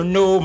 no